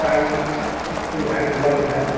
सारी सुविधाएँ उपलब्ध है